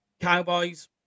cowboys